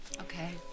Okay